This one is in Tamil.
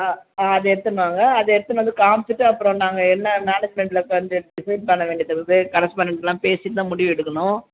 ஆ அதை எடுத்துகினு வாங்க அதை எடுத்துகினு வந்து காம்ச்சுட்டு அப்புறம் நாங்கள் என்ன மேனேஜ்மெண்டில் கொஞ்சம் டிசைட் பண்ண வேண்டியது இருக்குது கரெஸ்பாண்டெண்ட்டெலாம் பேசிவிட்டு தான் முடிவு எடுக்கணும்